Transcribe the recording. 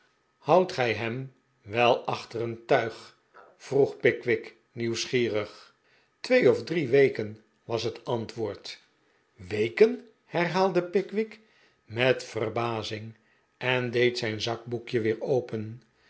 houdt gij hem wel achtereen in het tuig vroeg pickwick nieuwsgierig twee of drie weken was het antwoord weken herhaalde pickwick met verbazing en deed zijn zakboekje weer open